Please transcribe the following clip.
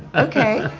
ok,